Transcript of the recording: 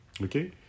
okay